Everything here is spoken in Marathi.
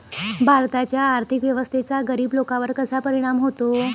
भारताच्या आर्थिक व्यवस्थेचा गरीब लोकांवर कसा परिणाम होतो?